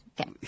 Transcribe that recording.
okay